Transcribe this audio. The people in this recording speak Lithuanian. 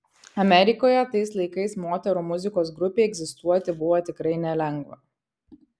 amerikoje tais laikais moterų muzikos grupei egzistuoti buvo tikrai nelengva